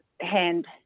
hand